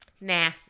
Nah